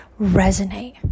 Resonate